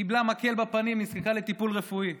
קיבלה מקל בפנים, נזקקה לטיפול רפואי.